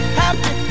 happy